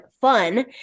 fun